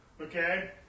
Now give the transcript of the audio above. okay